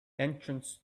entrance